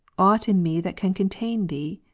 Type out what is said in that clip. aught in me that can contain thee?